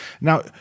Now